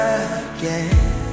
again